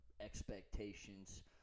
expectations